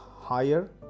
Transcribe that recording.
higher